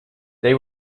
they